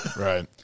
right